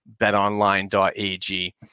betonline.ag